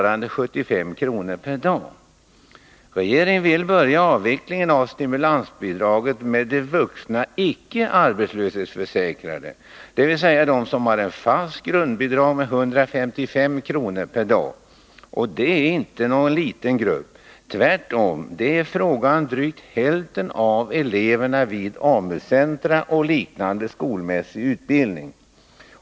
75 kr. per dag. Regeringen vill börja avvecklingen av stimulansbidraget med de vuxna icke arbetslöshetsförsäkrade, dvs. de som har ett fast grundbidrag på 155 kr. per dag. Det är inte någon liten grupp. Tvärtom är det fråga om drygt hälften av eleverna vid AMU-centra och liknande skolmässig utbildning.